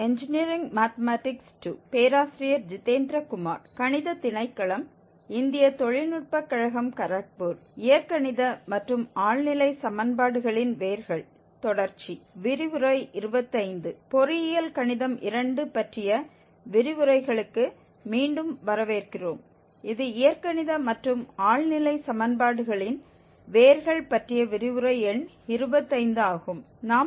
பொறியியல் கணிதம் 2 பற்றிய விரிவுரைகளுக்கு மீண்டும் வரவேற்கிறோம் இது இயற்கணித மற்றும் ஆழ்நிலை சமன்பாடுகளின் வேர்கள் பற்றிய விரிவுரை எண் 25 ஆகும் நாம் தொடர்வோம்